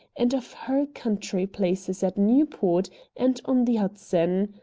and of her country places at newport and on the hudson.